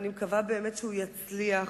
ואני מקווה באמת שהוא יצליח